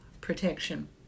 protection